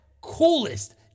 coolest